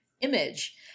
image